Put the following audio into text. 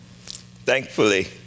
Thankfully